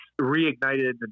reignited